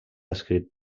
escrit